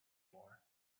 more